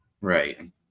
right